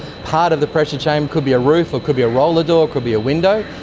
part of the pressure chamber could be a roof or could be a roller door, could be a window.